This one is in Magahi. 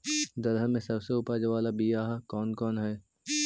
दलहन में सबसे उपज बाला बियाह कौन कौन हइ?